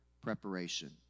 preparation